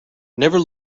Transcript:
never